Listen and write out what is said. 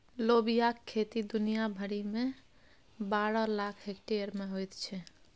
लोबियाक खेती दुनिया भरिमे बारह लाख हेक्टेयर मे होइत छै